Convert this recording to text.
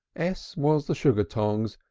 s was the sugar-tongs,